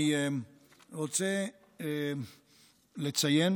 אני רוצה לציין